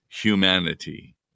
humanity